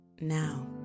now